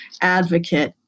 advocate